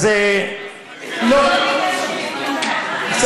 לא ביקשתי.